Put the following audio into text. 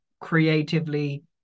creatively